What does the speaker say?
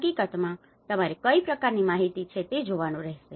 હકીકતમાં તમારે કઈ પ્રકારની માહિતી છે તે જોવાનું રહેશે